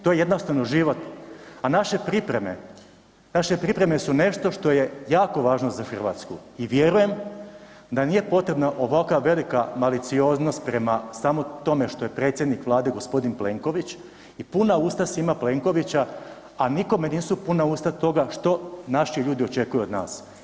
To je jednostavno život a naše pripreme, naše pripreme su nešto što je jako važno za Hrvatsku i vjerujem da nije potrebno ovakva velika malicioznost prema samo tome što je predsjednik Vlade g. Plenković i puna svima Plenkovića a nikome nisu puna usta toga što naši ljudi očekuju od nas.